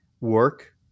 work